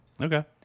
Okay